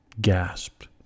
gasped